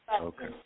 Okay